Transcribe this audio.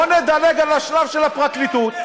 בואו נדלג על השלב של הפרקליטות,